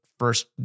first